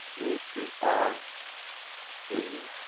if you are in,